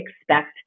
expect